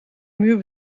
muur